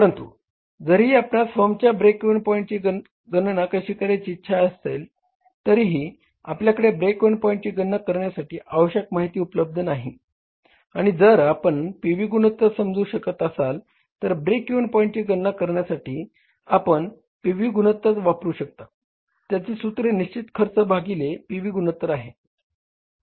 परंतु जरीही आपणास फर्मच्या ब्रेक इव्हन पॉईंटची गणना करायची इच्छा असेल तरीही आपल्याकडे ब्रेक इव्हन पॉईंटची गणना करण्यासाठी आवश्यक माहिती उपलब्ध नाही आणि जर आपण पी व्ही गुणोत्तर मोजू शकत असाल तर ब्रेक इव्हन पॉईंटची गणना करण्यासाठी आपण पी व्ही गुणोत्तर वापरू शकता त्याचे सूत्र निश्चित खर्च भागिले पी व्ही गुणोत्तर आहे